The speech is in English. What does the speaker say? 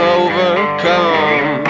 overcome